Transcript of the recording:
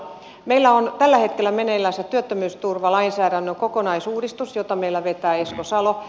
meillä on tällä hetkellä meneillänsä työttömyysturvalainsäädännön kokonaisuudistus jota meillä vetää esko salo